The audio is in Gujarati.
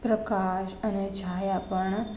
પ્રકાશ અને છાયા પણ